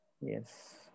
Yes